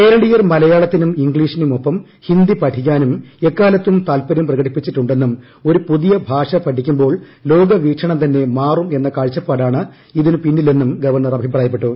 കേരളീയർ മലയാളത്തിനും ഇംഗ്ലീഷിനുമൊപ്പം ഹിന്ദി പഠിക്കാനും എക്കാലത്തും താൽപ്പര്യം പ്രകടിപ്പിച്ചിട്ടുണ്ടെന്നും ഒരു പുതിയ ഭാഷ പഠിക്കുമ്പോൾ ലോക വീക്ഷണം തന്നെ മാറും എന്ന കാഴ്ചപ്പാടാണ് ഇതിനു പിന്നിലെന്നും ഗവർണർ അഭിപ്രായപ്പെട്ടു